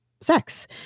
sex